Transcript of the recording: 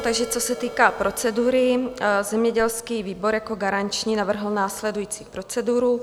Takže co se týká procedury, zemědělský výbor jako garanční navrhl následující proceduru.